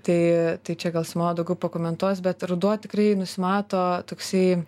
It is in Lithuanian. tai tai čia gal simona daugiau pakomentuos bet ruduo tikrai nusimato toksai